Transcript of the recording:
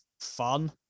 fun